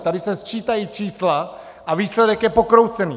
Tady se sčítají čísla a výsledek je pokroucený!